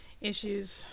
issues